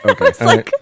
Okay